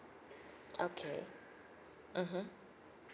okay mmhmm